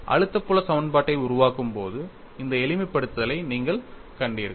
அழுத்த புல சமன்பாட்டை உருவாக்கும் போது இந்த எளிமைப்படுத்தலை நீங்கள் கண்டீர்கள்